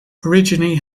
originally